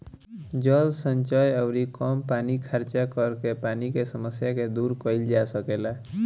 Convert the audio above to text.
जल संचय अउरी कम पानी खर्चा करके पानी के समस्या के दूर कईल जा सकेला